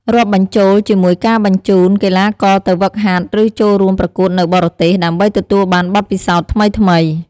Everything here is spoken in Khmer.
រាប់បញ្ចូលជាមួយការបញ្ជូនកីឡាករទៅហ្វឹកហាត់ ឬចូលរួមប្រកួតនៅបរទេស ដើម្បីទទួលបានបទពិសោធន៍ថ្មីៗ។